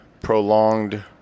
prolonged